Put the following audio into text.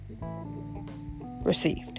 received